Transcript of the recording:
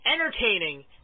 entertaining